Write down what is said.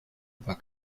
über